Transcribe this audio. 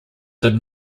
did